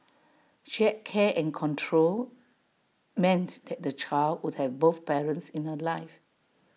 shared care and control meant that the child would have both parents in her life